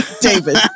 David